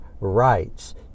rights